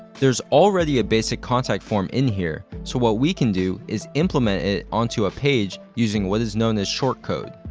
there's already a basic contact form in here, so what we can do is implement it onto a page using what is known as shortcode.